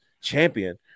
champion